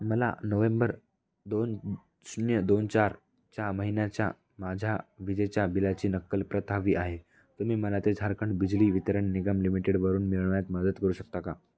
मला नोव्हेंबर दोन शून्य दोन चारच्या महिन्याच्या माझ्या विजेच्या बिलाची नक्कल प्रत हवी आहे तुम्ही मला ते झारखंड बिजली वितरण निगम लिमिटेडवरून मिळवण्यात मदत करू शकता का